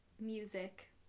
music